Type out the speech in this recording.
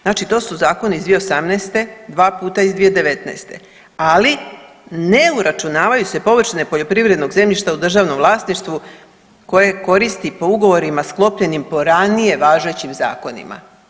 Znači to su zakoni iz 2018., dva puta iz 2019., ali ne uračunavaju se površine poljoprivrednog zemljišta u državnom vlasništvu koje koristi po ugovorima sklopljenim po ranije važećim zakonima.